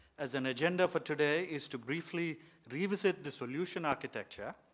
as an agenda for today is to briefly revisit the solution architecture,